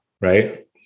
right